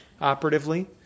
operatively